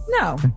No